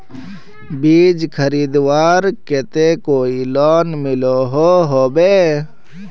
बीज खरीदवार केते कोई लोन मिलोहो होबे?